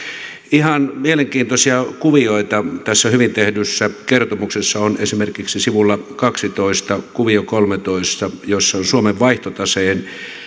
ihan mielenkiintoisia kuvioita tässä hyvin tehdyssä kertomuksessa on esimerkiksi sivulla kaksitoista kuvio kolmetoista jossa on suomen vaihtotaseen